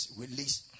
release